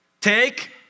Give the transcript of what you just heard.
Take